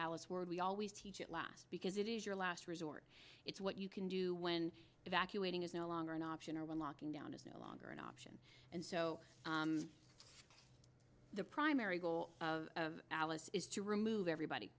hours were we always teach it last because it is your last resort it's what you can do when evacuating is no longer an option or when locking down is no longer an option and so the primary goal of alice is to remove everybody